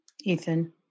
Ethan